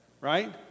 right